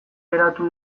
geratu